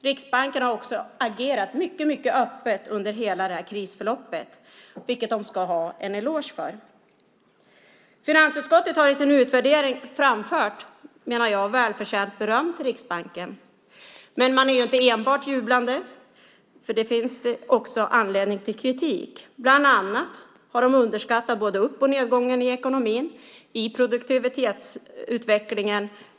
Riksbanken har också agerat mycket öppet under hela krisförloppet, vilket de ska ha en eloge för. Finansutskottet har i sin utvärdering framfört välförtjänt beröm till Riksbanken. Men man är inte enbart jublande. Det finns också anledning till kritik. Bland annat har de underskattat både uppgången och nedgången i ekonomin och produktivitetsutvecklingen.